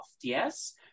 yes